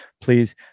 please